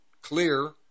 clear